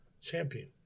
Champion